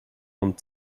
und